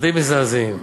די מזעזעים.